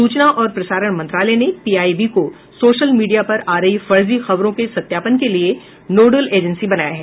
सूचना और प्रसारण मंत्रालय ने पीआईबी को सोशल मीडिया पर आ रही फर्जी खबरों के सत्यापन के लिए नोडल एजेंसी बनाया है